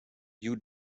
you